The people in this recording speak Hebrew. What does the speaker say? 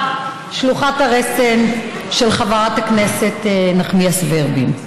שלוחת הרסן של חברת הכנסת נחמיאס ורבין.